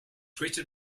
greeted